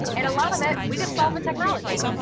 and a lot of it, we could solve with technology.